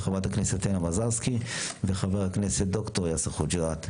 חברת הכנסת טטיאנה מזרסקי וחבר הכנסת ד"ר יאסר חוג'יראת.